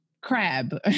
crab